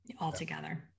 altogether